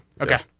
Okay